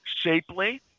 shapely